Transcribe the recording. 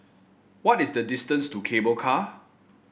what is the distance to Cable Car